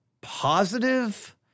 positive